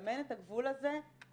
ולסמן את הגבול הזה כולל